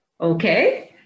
Okay